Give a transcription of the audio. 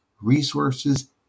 resources